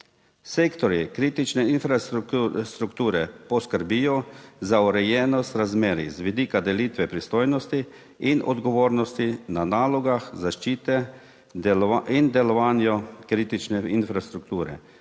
Sektorji kritične infrastrukture poskrbijo za urejenost razmerij z vidika delitve pristojnosti in odgovornosti na nalogah zaščite in delovanja kritične infrastrukture,